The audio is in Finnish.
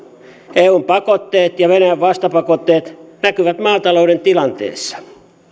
eun pakotteet ja venäjän vastapakotteet näkyvät maatalouden tilanteessa